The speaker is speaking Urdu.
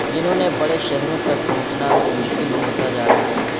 جنہوں نے بڑے شہروں تک پہنچنا مشکل ہوتا جا رہا ہے